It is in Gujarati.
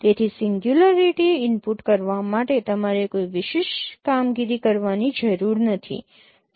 તેથી સિંગ્યુંલારીટી ઇનપુટ કરવા માટે તમારે કોઈ વિશેષ કામગીરી કરવાની જરૂર નથી